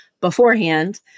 beforehand